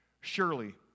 surely